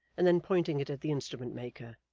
and then pointing it at the instrument-maker,